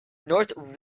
north